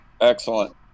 excellent